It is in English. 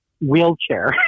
wheelchair